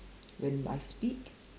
when I speak